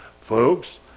Folks